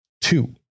Two